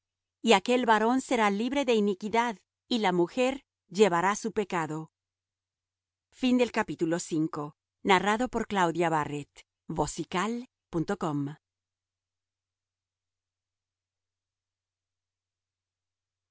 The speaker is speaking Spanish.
y aquel varón será libre de iniquidad y la mujer llevará su pecado